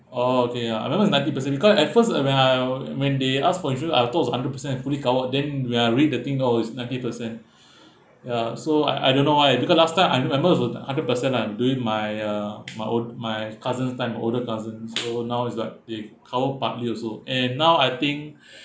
oh okay uh I remember is ninety percent because at first when I uh when they ask for insurance I thought is hundred percent and fully covered then when I read the thing though it's ninety percent ya so I I don't know why because last time I re~ remember was uh hundred percent than I'm doing my uh my old~ my cousins' time my older cousins so now is like they cover partly also and now I think